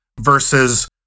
versus